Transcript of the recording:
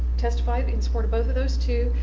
testified in support of both of those too.